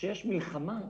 כשיש מלחמה,